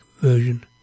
version